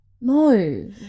no